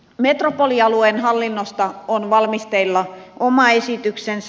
metropolialueen hallinnosta on valmisteilla oma esityksensä